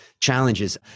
challenges